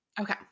Okay